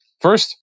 first